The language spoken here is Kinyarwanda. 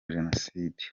jenoside